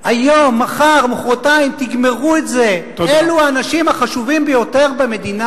הסוציאליים, ואנחנו חוסכים, חוסכים, למדינה